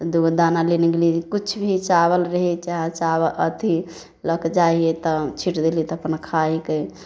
दूगो दाना लेने गेली कुछ भी चावल रहै चा अथि लऽके जाइ हिये तऽ छीँट देलिए तऽ अपना खाए हिके